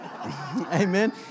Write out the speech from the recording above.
Amen